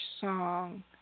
song